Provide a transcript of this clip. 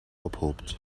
ophoopt